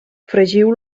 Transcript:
fregiu